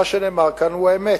מה שנאמר כאן הוא האמת.